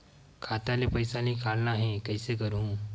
खाता ले पईसा निकालना हे, कइसे करहूं?